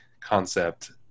concept